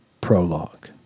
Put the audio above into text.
prologue